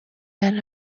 than